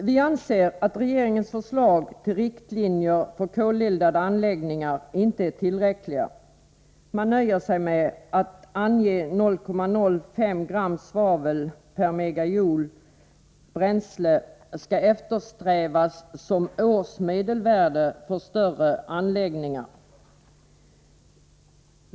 Vi anser att regeringens förslag till riktlinjer för koleldade anläggningar inte är tillräckliga. Man nöjer sig med att värdet 0,05 gram svavel per MJ bränsle skall eftersträvas som årsmedelvärde för större anläggningar.